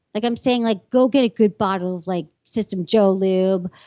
like i'm saying like go get a good bottle of like system joe lube,